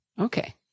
Okay